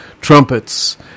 trumpets